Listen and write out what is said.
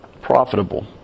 profitable